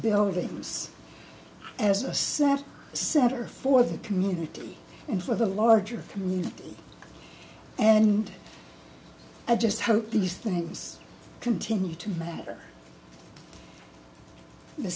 buildings as a sad setter for the community and for the larger community and i just hope these things continue to matter the